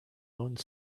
lone